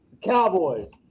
Cowboys